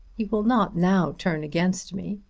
you will not now turn against me.